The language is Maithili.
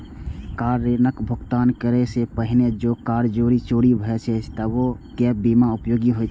कार ऋणक भुगतान करै सं पहिने जौं कार चोरी भए जाए छै, तबो गैप बीमा उपयोगी होइ छै